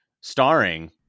starring